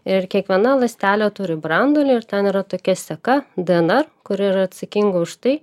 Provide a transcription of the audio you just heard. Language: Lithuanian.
ir kiekviena ląstelė turi branduolį ir ten yra tokia seka dnr kuri yra atsakinga už tai